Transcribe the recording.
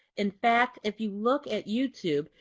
in fact, if you look at youtube,